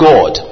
God